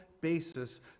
basis